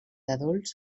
adults